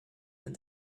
and